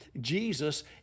Jesus